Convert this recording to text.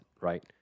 right